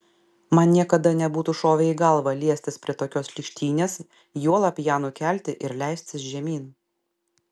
man niekada nebūtų šovę į galvą liestis prie tokios šlykštynės juolab ją nukelti ir leistis žemyn